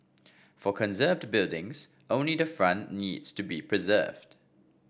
for conserved buildings only the front needs to be preserved